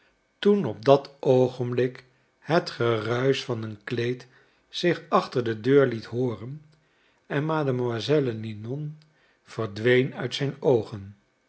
toen op dat oogenblik het geruisch van een kleed zich achter de deur liet hooren en mademoiselle linon verdween uit zijn oogen